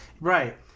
Right